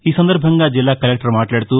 ఈ సందర్బంగా జిల్లా కలెక్టర్ మాట్లాడుతూ